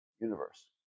universe